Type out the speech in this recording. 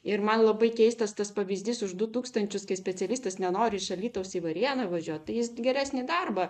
ir man labai keistas tas pavyzdys už du tūkstančius kai specialistas nenori iš alytaus į varėną važiuot tai jis geresnį darbą